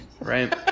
right